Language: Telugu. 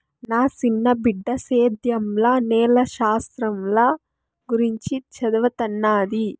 నా సిన్న బిడ్డ సేద్యంల నేల శాస్త్రంల గురించి చదవతన్నాది